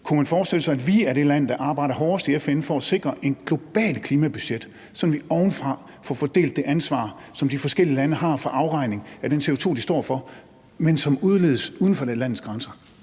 Kunne man forestille sig, at vi er det land, der arbejder hårdest i FN for at sikre et globalt klimabudget, sådan at vi ovenfra får fordelt det ansvar, som de forskellige lande har for afregning af den CO2, de står for, men som udledes uden for landets grænser?